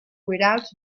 without